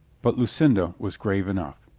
but lucinda was grave enough.